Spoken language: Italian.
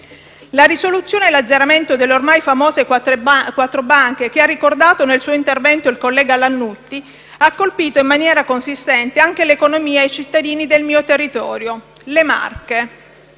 La risoluzione e l'azzeramento delle ormai famose quattro banche, che ha ricordato nel suo intervento il collega Lannutti ha colpito in maniera consistente anche l'economia ed i cittadini del mio territorio, le Marche.